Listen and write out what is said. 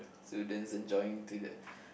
students enjoying to the